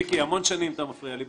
מיקי, המון שנים אתה מפריע לי.